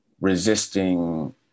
resisting